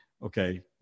Okay